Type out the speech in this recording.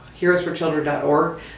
heroesforchildren.org